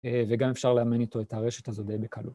וגם אפשר לאמן איתו את הרשת הזאת די בקלות.